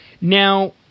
Now